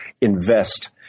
invest